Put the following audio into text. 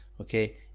okay